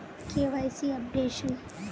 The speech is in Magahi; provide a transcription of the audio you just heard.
KYC updation?